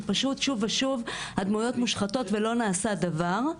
שפשוט שוב ושוב הדמויות מושחתות ולא נעשה דבר.